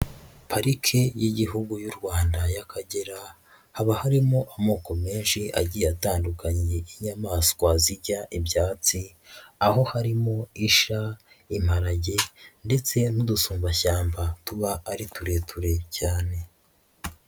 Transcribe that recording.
Pariki y'igihugu y'u Rwanda y'Akagera, haba harimo amoko menshi agiye atandukanye y'inyamaswa zirya ibyatsi, aho harimo isha, imparage ndetse n'udusumbashyamba tuba ari turerure cyane.